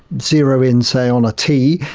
zero in, say, on a t,